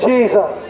Jesus